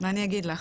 אני אגיד לך.